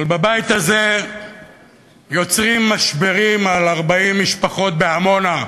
אבל בבית הזה יוצרים משברים על 40 משפחות בעמונה,